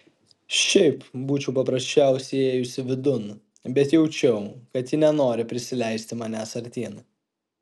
šiaip būčiau paprasčiausiai įėjusi vidun bet jaučiau kad ji nenori prisileisti manęs artyn